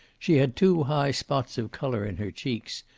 she had two high spots of color in her cheeks,